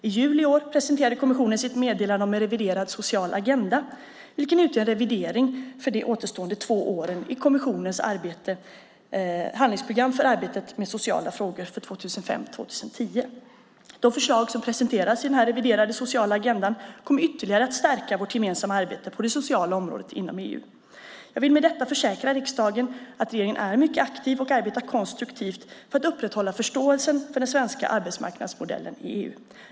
I juli i år presenterade kommissionen sitt meddelande om en reviderad social agenda vilken utgör en revidering för de återstående två åren i kommissionens handlingsprogram för arbetet med sociala frågor för 2005-2010. De förslag som presenteras i den reviderade sociala agendan kommer ytterligare att stärka vårt gemensamma arbete på det sociala området inom EU. Jag vill med detta försäkra riksdagen att regeringen är mycket aktiv och arbetar konstruktivt för att upprätthålla förståelsen för den svenska arbetsmarknadsmodellen i EU.